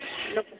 ଲୋକ